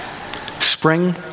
Spring